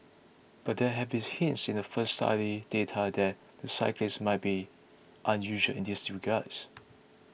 but there had been hints in the first study data that the cyclists might be unusual in these regards